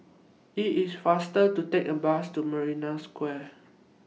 IT IS faster to Take The Bus to Marina Square